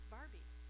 Barbie